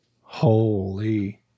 Holy